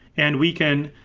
and we can,